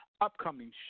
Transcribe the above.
upcoming